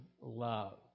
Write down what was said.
love